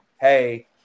hey